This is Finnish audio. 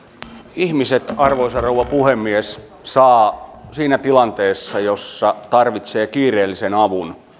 ihmiset arvoisa rouva puhemies saavat siinä tilanteessa jossa tarvitsevat kiireellisen avun